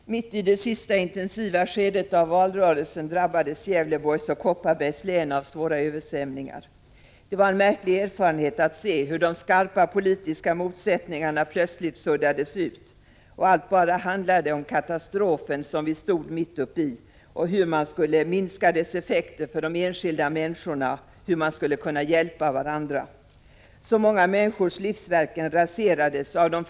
Herr talman! Mitt i det sista intensiva skedet av valrörelsen drabbades Gävleborgs och Kopparbergs län av svåra översvämningar. Det var en märklig erfarenhet att se hur de skarpa politiska motsättningarna plötsligt suddades ut och allt bara handlade om katastrofen som vi stod mitt upp i och hur man skulle minska dess effekter för de enskilda människorna, hur man skulle kunna hjälpa varandra. bönder har mycket raserats.